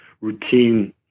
routine